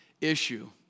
issue